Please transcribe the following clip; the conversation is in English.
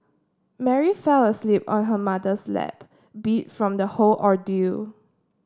Mary fell asleep on her mother's lap beat from the whole ordeal